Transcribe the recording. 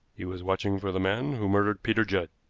he was watching for the man who murdered peter judd.